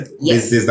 Yes